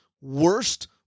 worst